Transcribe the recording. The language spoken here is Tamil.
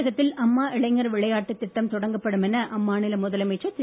தமிழகத்தில் அம்மா இளைஞர் விளையாட்டுத் திட்டம் தொடக்கப்படும் அம்மாநில முதலமைச்சர் திரு